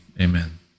amen